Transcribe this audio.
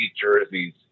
jerseys